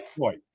Right